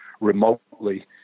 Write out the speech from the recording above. remotely